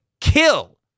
kill